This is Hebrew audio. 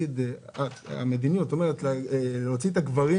כאשר המדיניות היא להוציא את הגברים